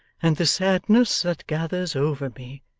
and the sadness that gathers over me,